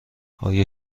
آیا